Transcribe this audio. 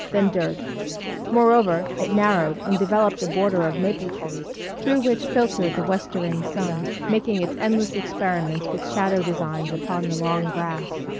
then dirt moreover, it narrowed and developed a border of maple trees, through which filtered the weltering sun, making its endless experiments with shadow designs upon the long grass.